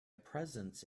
presence